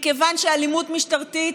אלימות משטרתית,